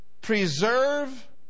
preserve